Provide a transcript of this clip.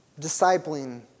discipling